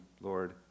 Lord